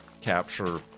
capture